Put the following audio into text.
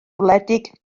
wledig